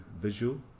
visual